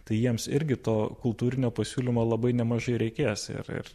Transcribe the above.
tai jiems irgi to kultūrinio pasiūlymo labai nemažai reikės ir ir